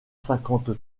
cinquante